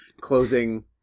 closing